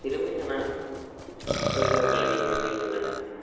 திறமையான தொழிலாளர் எங்கள் மண்ணில் உள்ளனர்